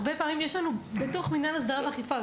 הרבה פעמים יש לנו בתוך מנהל הסדרה ואכיפה,